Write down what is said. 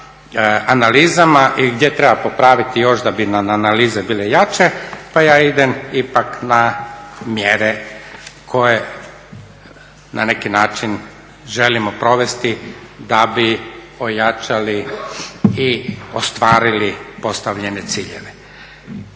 na analizama i gdje treba popraviti još da bi nam analize bile jače pa ja idem ipak na mjere koje na neki način želimo provesti da bi ojačali i ostvarili postavljene ciljeve.